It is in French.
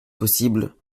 possibles